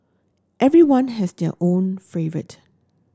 everyone has their own favourite